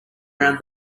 around